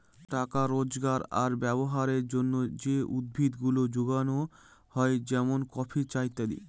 টাকা রোজগার আর ব্যবহারের জন্যে যে উদ্ভিদ গুলা যোগানো হয় যেমন কফি, চা ইত্যাদি